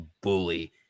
bully